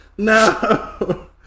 No